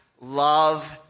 love